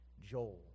Joel